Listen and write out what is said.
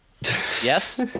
yes